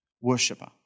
worshiper